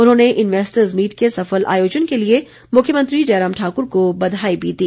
उन्होंने investors meet के सफल आयोजन के लिए मुख्यमंत्री जयराम ठाकुर को बधाई भी दी